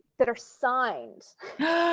that are signed.